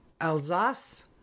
Alsace